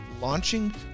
launching